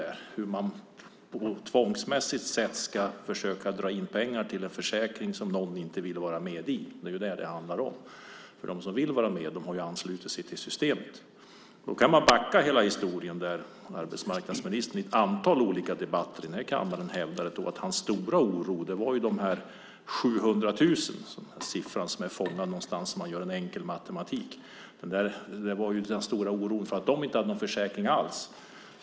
Det handlar om att tvångsmässigt försöka dra in pengar till en försäkring som någon inte vill vara med i. De som vill vara med har anslutit sig till systemet. Man kan backa i historien. Arbetsmarknadsministern har i ett antal olika debatter i kammaren hävdat att hans stora oro gällde de 700 000. Den siffran har man fångat med enkel matematik. Den stora oron var att de inte hade någon försäkring alls.